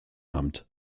amt